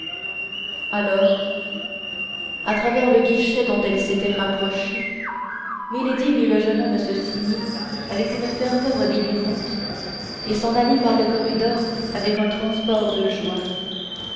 alors à travers le guichet dont elle s'était rapprochée milady vit le jeune homme se signer avec une ferveur délirante et s'en aller par le corridor avec un transport de joie